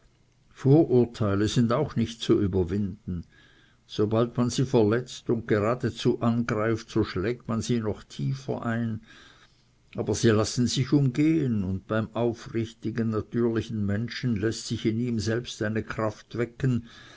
vorurteile sind auch nicht zu überwinden sobald man sie verletzt und geradezu angreift so schlägt man sie noch tiefer ein aber sie lassen sich umgeben und beim aufrichtigen natürlichen menschen läßt sich in ihm selbst eine kraft wecken